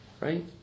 right